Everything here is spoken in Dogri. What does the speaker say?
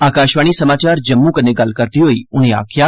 आकाशवाणी समाचार जम्मू कन्नै गल्ल करदे होई उनें आखेआ